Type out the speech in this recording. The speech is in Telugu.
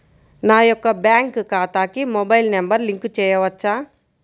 నా యొక్క బ్యాంక్ ఖాతాకి మొబైల్ నంబర్ లింక్ చేయవచ్చా?